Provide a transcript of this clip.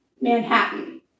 manhattan